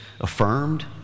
affirmed